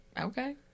Okay